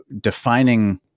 defining